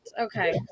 Okay